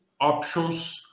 options